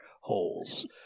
holes